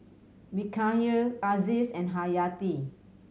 Mikhail Aziz and Haryati